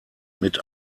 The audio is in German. mit